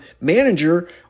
manager